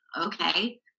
okay